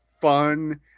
fun